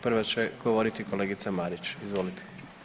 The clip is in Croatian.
Prva će govoriti kolegica Marić, izvolite.